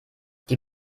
die